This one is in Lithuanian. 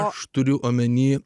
aš turiu omenyje